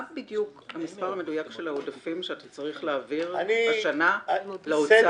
מה המספר המדויק של העודפים שאתה צריך להעביר השנה לאוצר?